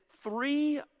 three